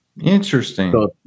Interesting